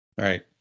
Right